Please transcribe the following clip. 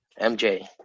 MJ